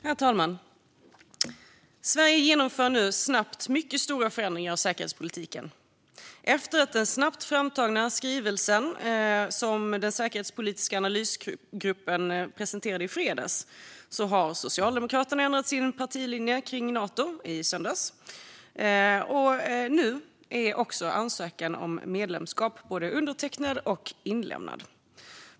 Herr talman! Sverige genomför nu snabbt mycket stora förändringar av säkerhetspolitiken. Efter den snabbt framtagna skrivelsen som den säkerhetspolitiska analysgruppen presenterade i fredags ändrade Socialdemokraterna sin partilinje kring Nato i söndags, och nu är också ansökan om medlemskap både undertecknad och inlämnad.